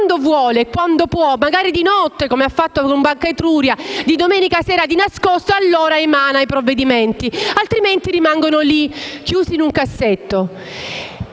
quando vuole e può, magari di notte, come ha fatto con Banca Etruria, di domenica sera e di nascosto, allora il Governo emana i provvedimenti, che altrimenti rimangono chiusi in un cassetto.